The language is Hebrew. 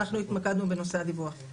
אנחנו התמקדנו בנושא הדיווח.